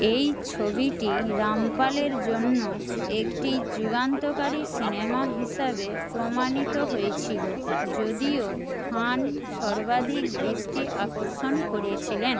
এই ছবিটি রামপালের জন্য একটি যুগান্তকারী সিনেমা হিসাবে প্রমাণিত হয়েছিল যদিও খান সর্বাধিক দৃষ্টি আকর্ষণ করেছিলেন